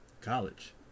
College